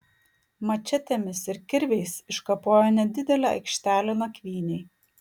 mačetėmis ir kirviais iškapojo nedidelę aikštelę nakvynei